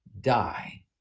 die